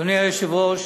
אדוני היושב-ראש,